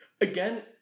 Again